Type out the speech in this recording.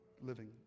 living